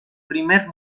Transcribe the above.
primer